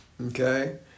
Okay